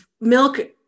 milk